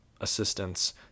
assistance